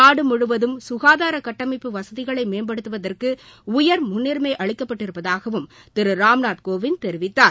நாடு முழுவதும் சுகாதார கட்டமைப்பு வசதிகளை மேம்படுத்துவதற்கு உயர் முன்னுரிமை அளிக்கப்பட்டிருப்பதாகவும் திரு ராம்நாத் கோவிந்த் தெரிவித்தார்